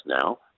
now